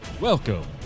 Welcome